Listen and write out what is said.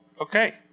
Okay